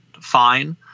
fine